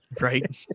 right